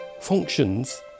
functions